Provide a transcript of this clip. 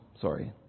Sorry